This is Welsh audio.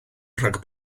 rhag